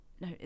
no